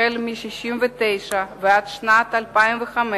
החל מ-1969 ועד 2005,